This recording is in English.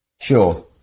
sure